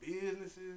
businesses